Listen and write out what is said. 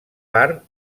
part